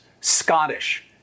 Scottish